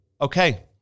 Okay